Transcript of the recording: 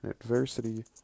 Adversity